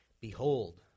Behold